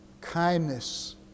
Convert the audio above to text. kindness